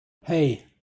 hey